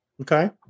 Okay